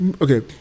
okay